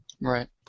Right